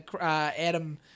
Adam